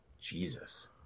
Jesus